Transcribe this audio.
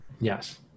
Yes